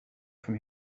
from